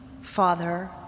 father